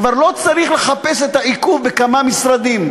כבר לא צריך לחפש את העיכוב בכמה משרדים,